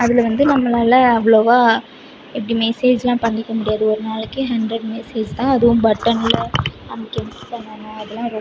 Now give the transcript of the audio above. அதில் வந்து நம்மளால் அவ்வளோவா எப்படி மெசேஜ்லாம் பண்ணிக்க முடியாது ஒரு நாளைக்கு ஹண்ட்ரட் மெசேஜ் தான் அதுவும் பட்டனில் அமுக்கி அமுக்கி பண்ணணும் அதல்லாம்